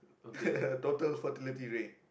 total fertility rate